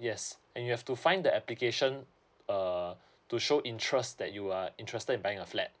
yes and you have to find the application err to show interest that you are interested in buying a flat